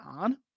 on